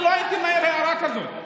אני לא הייתי מעיר הערה כזאת.